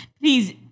please